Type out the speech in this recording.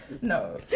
No